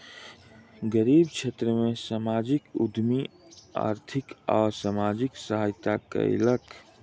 गरीब क्षेत्र में सामाजिक उद्यमी आर्थिक आ सामाजिक सहायता कयलक